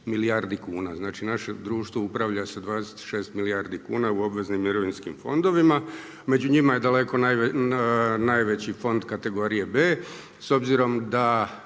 milijardi kuna. Znači naše društvo upravlja sa 26 milijardi kuna u obveznim mirovinskim fondovima, među njima je daleko najveći fond kategorije B s obzirom da